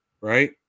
right